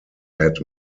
had